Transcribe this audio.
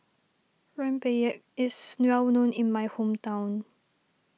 Rempeyek is well known in my hometown